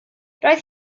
roedd